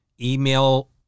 email